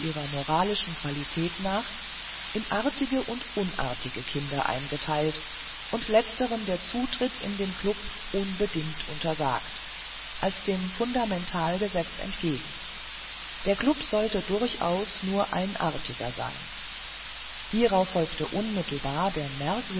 moralischen qualität nach in artige und unartige kinder eingeteilt und letzteren der zutritt in den klub unbedingt untersagt als dem fundamentalgesetz entgegen der klub sollte durchaus nur ein artiger sein hierauf folgte unmittelbar der